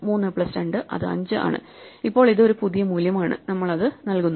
3 plus 2 അത് 5 ആണ് ഇപ്പോൾ ഇത് ഒരു പുതിയ മൂല്യമാണ് നമ്മൾ അത് നൽകുന്നു